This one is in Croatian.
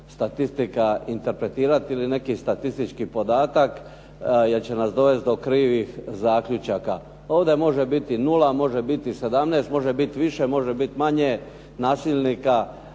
statistika interpretirati ili neki statistički podatak jer će nas dovesti do krivih zaključaka. Ovdje može biti nula, a može biti 17, može biti više, može biti manje nasilnika.